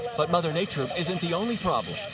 but mother nature isn't the only problem.